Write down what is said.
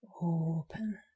open